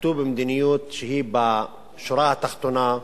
נקטו מדיניות שבשורה התחתונה,